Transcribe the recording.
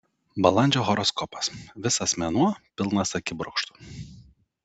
balandžio horoskopas visas mėnuo pilnas akibrokštų